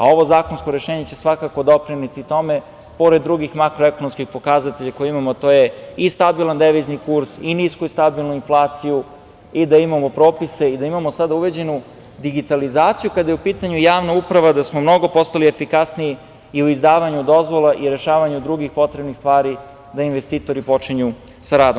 Ovo zakonsko rešenje će svakako doprineti tome pored drugih makroekonomskih pokazatelja koje imamo, a to je i stabilan devizni kurs, nisu i stabilnu inflaciju, i da imamo i propise i da imamo sada uređenu digitalizaciju kada je u pitanju javna uprava, da smo postali mnogo efikasniji i u izdavanju dozvola i rešavanju drugih potrebnih stvari, da investitori počinju sa radom.